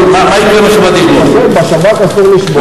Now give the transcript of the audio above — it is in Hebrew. אסור לשבות.